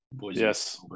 Yes